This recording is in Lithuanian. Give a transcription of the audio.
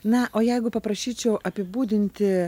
na o jeigu paprašyčiau apibūdinti